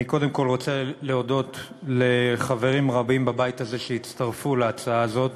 אני קודם כול רוצה להודות לחברים רבים בבית הזה שהצטרפו להצעה הזאת,